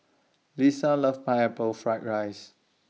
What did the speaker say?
Liza loves Pineapple Fried Rice